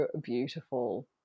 beautiful